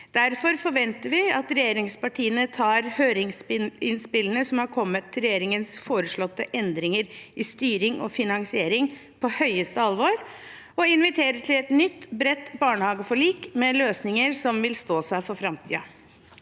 Derfor forventer vi at regjeringspartiene tar høringsinnspillene som har kommet til regjeringens foreslåtte endringer i styring og finansiering, på høyeste alvor, og inviterer til et nytt bredt barnehageforlik med løsninger som vil stå seg for framtiden.